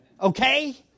Okay